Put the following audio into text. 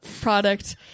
product